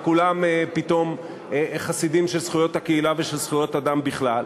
וכולם פתאום חסידים של זכויות הקהילה ושל זכויות אדם בכלל,